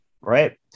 Right